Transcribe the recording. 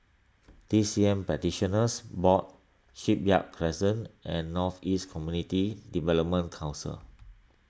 T C M Practitioners Board Shipyard Crescent and North East Community Development Council